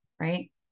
right